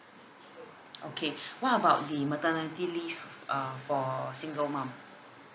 okay what about the maternity leave uh for single mum